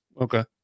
Okay